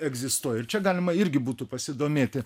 egzistuoja ir čia galima irgi būtų pasidomėti